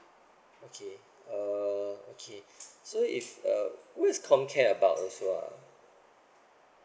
okay uh okay so if uh what is com care about also ah